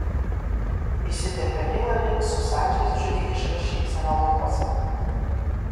įsiterpia hilari su saldžiai žudikiška šypsena lūpose